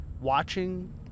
watching